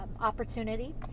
opportunity